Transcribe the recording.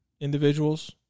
individuals